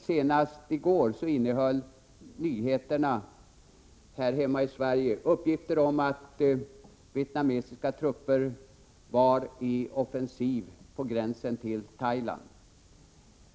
Senast i går innehöll nyheterna här hemma uppgifter om att vietnamesiska trupper var på offensiven på gränsen till Thailand.